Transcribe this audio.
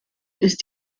ist